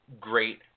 great